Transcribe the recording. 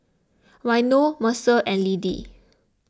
Waino Mercer and Liddie